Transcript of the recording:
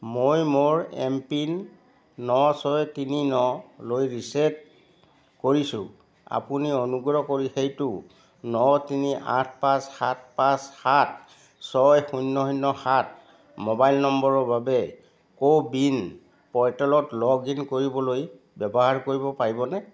মই মোৰ M PIN ন ছয় তিনি ন লৈ ৰিচেট কৰিছোঁ আপুনি অনুগ্ৰহ কৰি সেইটো ন তিনি আঠ পাঁচ সাত পাঁচ সাত ছয় শূন্য় শূন্য় সাত মোবাইল নম্বৰৰ বাবে কো বিন প'ৰ্টেলত লগ ইন কৰিবলৈ ব্যৱহাৰ কৰিব পাৰিবনে